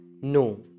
No